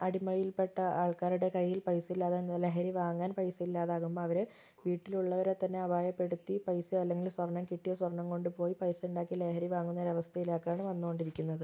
അടിമയില്പ്പെട്ട ആള്ക്കാരുടെ കൈയില് പൈസ ഇല്ലാതെ തന്നെ ലഹരി വാങ്ങാന് പൈസ ഇല്ലാതാകുമ്പോൾ അവർ വീട്ടിലുള്ളവരെ തന്നെ അപായപ്പെടുത്തി പൈസ അല്ലെങ്കില് സ്വര്ണ്ണം കിട്ടിയ സ്വര്ണ്ണം കൊണ്ടു പോയി പൈസ ഉണ്ടാക്കി ലഹരി വാങ്ങുന്ന ഒരവസ്ഥയിലേക്കാണ് വന്നു കൊണ്ടിരിക്കുന്നത്